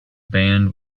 band